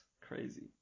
Crazy